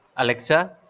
alexa,